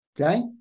Okay